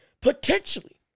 potentially